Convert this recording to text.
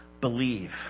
Believe